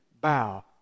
bow